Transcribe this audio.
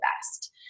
best